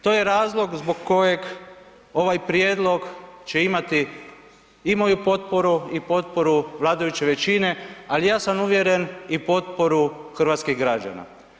To je razlog zbog kojeg ovaj prijedlog će imati i moju potporu i potporu vladajuće većine ali ja sam uvjeren i potporu hrvatskih građana.